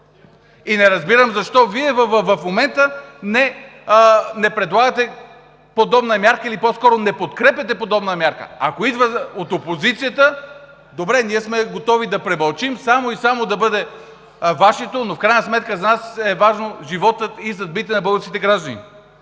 И не разбирам защо Вие в момента не предлагате подобна мярка, или по-скоро не подкрепяте подобна мярка? Ако идва от опозицията – добре, ние сме готови да премълчим само и само да бъде Вашето, но в крайна сметка за нас са важни животът и съдбите на българските граждани.